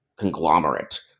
conglomerate